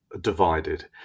divided